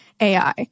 AI